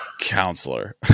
counselor